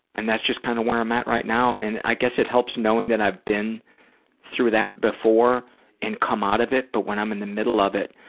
and that's just kind of where i'm at right now. and i guess it helps knowing that i've been through that before and come out of it but when i'm in the middle of it,